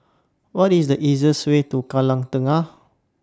What IS The easiest Way to Kallang Tengah